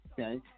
okay